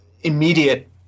immediate